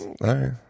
Right